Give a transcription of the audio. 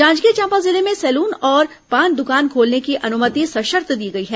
जांजगीर चांपा जिले में सैलून और पान दुकान खोलने की अनुमति सशर्त दी गई है